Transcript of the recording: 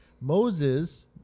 Moses